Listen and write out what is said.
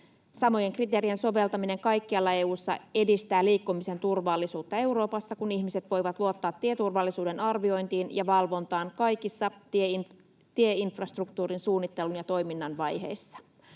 Samojen kriteerien soveltaminen kaikkialla EU:ssa edistää liikkumisen turvallisuutta Euroopassa, kun ihmiset voivat luottaa tieturvallisuuden arviointiin ja valvontaan kaikissa tieinfrastruktuurin suunnittelun ja toiminnan vaiheissa.